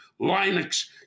Linux